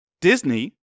Disney